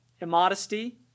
immodesty